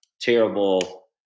terrible